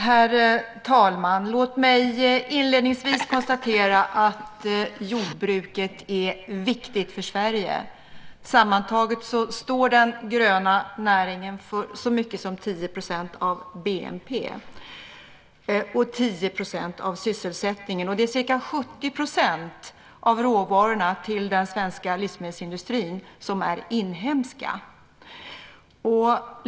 Herr talman! Låt mig inledningsvis konstatera att jordbruket är viktigt för Sverige. Sammantaget står den gröna näringen för så mycket som 10 % av BNP och 10 % av sysselsättningen. Ca 70 % av råvarorna till den svenska livsmedelsindustrin är inhemska.